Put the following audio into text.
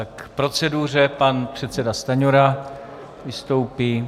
K proceduře pan předseda Stanjura vystoupí.